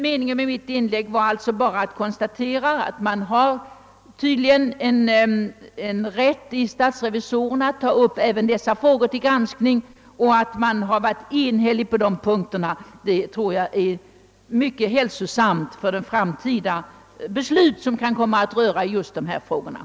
Meningen med mitt inlägg var bara att konstatera att statsrevisorerna tydligen har rätt att även ta upp dessa frågor till granskning. Enigheten härvidlag är nog mycket hälsosam med tanke på framtida beslut i just dessa spörsmål.